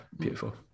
beautiful